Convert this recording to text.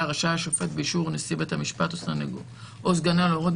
רשאי שופט באישור נשיא בית משפט או סגנו להורות,